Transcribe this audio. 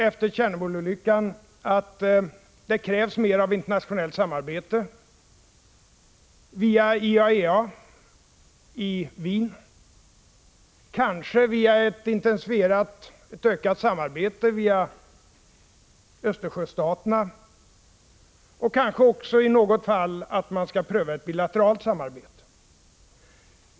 Efter Tjernobylolyckan har vi sagt att det krävs mer av internationellt samarbete, via IAEA i Wien, via ett intensifierat samarbete mellan Östersjöstaterna, och i något fall kanske man också skall pröva ett bilateralt samarbete.